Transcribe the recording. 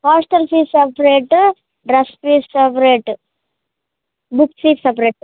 hostel fees separate bus fees separate బుక్స్కి separate